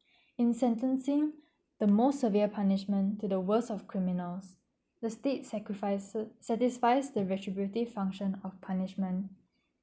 in sentencing the most severe punishment to the worst of criminals the states sacrifice~ satisfies the retributive function of punishment